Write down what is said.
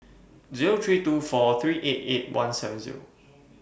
three two four three eight eight one seven